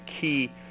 key